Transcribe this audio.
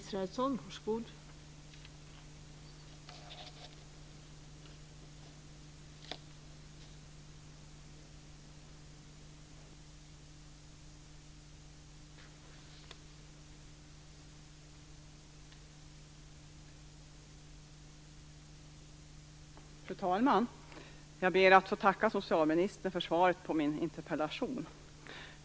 Fru talman! Jag ber att få tacka socialministern för svaret på min interpellation.